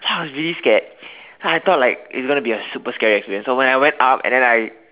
so I was really scared I thought like it's going to be a super scary experience so when I went up and then I